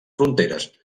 fronteres